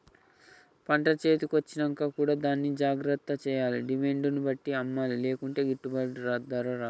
పంట చేతి కొచ్చినంక కూడా దాన్ని జాగ్రత్త చేయాలే డిమాండ్ ను బట్టి అమ్మలే లేకుంటే గిట్టుబాటు ధర రాదు